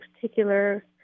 particular